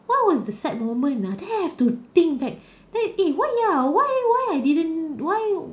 what was a sad woman ah then I have to think back then eh why ah why why I didn't why